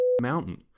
mountain